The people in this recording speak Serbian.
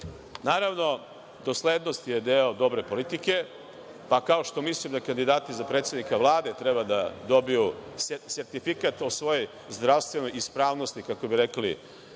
Naravno, doslednost je deo dobre politike, pa kao što mislim na kandidate za predsednika Vlade da treba da dobiju sertifikat o svojoj zdravstvenoj ispravnosti, kako bi rekli